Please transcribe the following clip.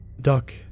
Duck